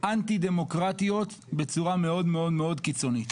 אנטי דמוקרטיות בצורה מאוד מאוד מאוד קיצונית.